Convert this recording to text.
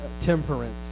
temperance